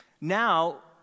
now